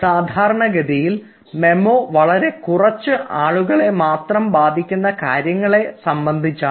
സാധാരണഗതിയിൽ മെമ്മോ വളരെ കുറച്ച് ആളുകളെ മാത്രം ബാധിക്കുന്ന കാര്യങ്ങളെ സംബന്ധിച്ചാണ്